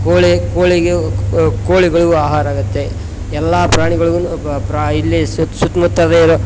ಕೋಳಿ ಕೋಳಿಗೆ ಕೋಳಿಗಳಿಗು ಆಹಾರ ಆಗುತ್ತೆ ಎಲ್ಲ ಪ್ರಾಣಿಗಳ್ಗು ಪ ಪ್ರಾ ಇಲ್ಲಿ ಸುತ್ತಮುತ್ತಲಿರೊ